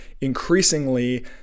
increasingly